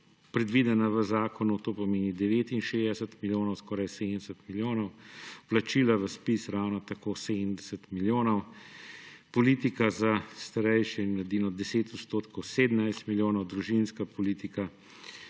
predvidena v zakonu, to pomeni 69 milijonov, skoraj 70 milijonov, vplačila v ZPIZ ravno tako 70 milijonov, politika za starejše in mladino 10 odstotkov – 17 milijonov, družinska politika